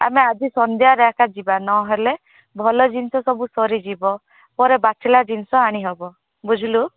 ଆମେ ଆଜି ସନ୍ଧ୍ୟାରେ ଏକା ଯିବା ନହେଲେ ଭଲ ଜିନିଷ ସବୁ ସରିଯିବ ପରେ ବାଛିଲା ଜିନିଷ ଆଣିହେବ ବୁଝିଲୁ